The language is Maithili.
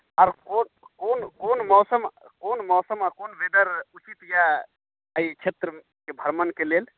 आओर कोन कोन कोन मौसम आ कोन वेदर उचित यऽ एहि क्षेत्रमे के भ्रमणके लेल